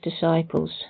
disciples